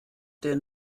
der